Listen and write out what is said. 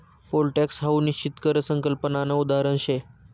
pole tax हाऊ निश्चित कर संकल्पनानं उदाहरण शे